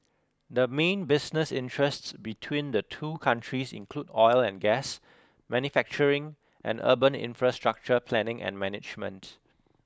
the main business interests between the two countries include oil and gas manufacturing and urban infrastructure planning and management